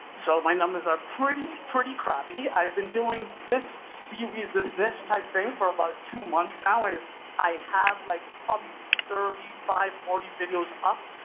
so, my numbers are pretty, pretty crappy. i've been doing this series of this type thing for about two months now. i i have like, probably thirty five to forty videos up,